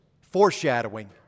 foreshadowing